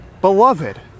Beloved